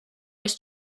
was